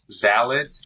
valid